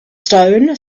stone